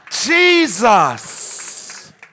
Jesus